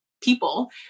people